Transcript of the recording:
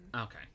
Okay